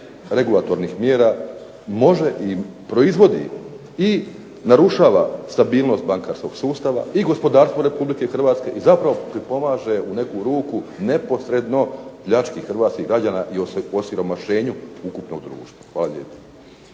regulatornih mjera može i proizvodi i narušava stabilnost bankarskog sustava i gospodarstvo Republike Hrvatske i zapravo pripomaže u neku ruku neposredno pljački hrvatskih građana i osiromašenju ukupnog društva. Hvala lijepo.